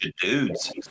dudes